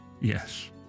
yes